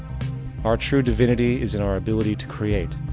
our true divinity is in our ability to create.